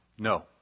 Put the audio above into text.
No